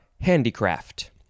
handicraft